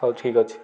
ହଉ ଠିକ୍ ଅଛି